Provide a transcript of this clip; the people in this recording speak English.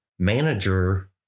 Manager